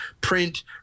print